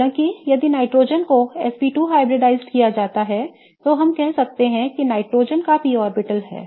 हालाँकि यदि नाइट्रोजन को sp2 हाइब्रिडाइज्ड किया जाता है तो हम कह सकते हैं कि नाइट्रोजन का p ऑर्बिटल् है